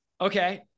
okay